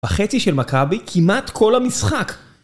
בחצי של מכבי כמעט כל המשחק